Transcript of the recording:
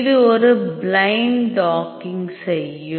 அது ஒரு blind docking செய்யும்